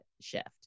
shift